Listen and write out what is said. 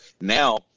Now